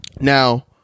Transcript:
Now